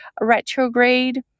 retrograde